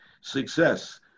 Success